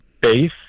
base